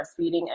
breastfeeding